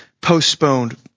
postponed